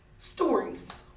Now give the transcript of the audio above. stories